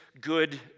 good